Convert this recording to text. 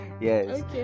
yes